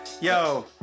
Yo